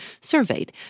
surveyed